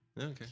Okay